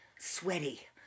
Sweaty